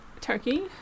Turkey